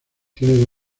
tienen